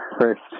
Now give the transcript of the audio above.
first